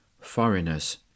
foreigners